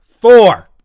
Four